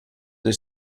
del